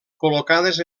col·locades